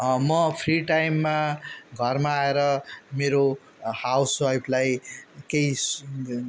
म फ्री टाइममा घरमा आएर मेरो हाउस वाइफलाई केही